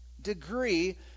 degree